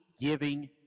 giving